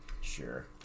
Sure